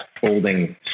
folding